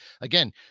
again